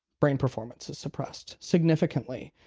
brain performance is suppressed significantly.